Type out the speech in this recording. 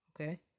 Okay